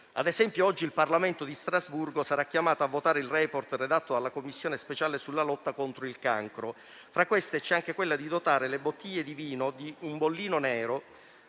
ad esempio, il Parlamento di Strasburgo sarà chiamato a votare il *report* redatto dalla Commissione speciale sulla lotta contro il cancro. Tra queste, c'è anche quella di dotare le bottiglie di vino di un bollino nero,